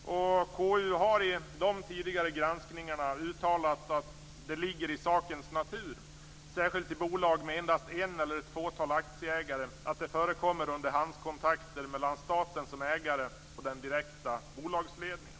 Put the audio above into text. Konstitutionsutskottet har i dessa tidigare granskningar uttalat att det ligger i sakens natur, särskilt i bolag med endast en eller ett fåtal aktieägare, att det förekommer underhandskontakter mellan staten som ägare och den direkta bolagsledningen.